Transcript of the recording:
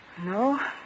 No